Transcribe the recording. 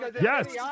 Yes